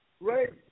Right